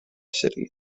city